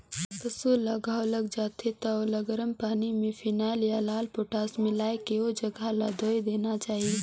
पसु ल घांव लग जाथे त ओला गरम पानी में फिनाइल या लाल पोटास मिलायके ओ जघा ल धोय देना चाही